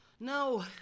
No